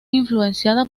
influenciada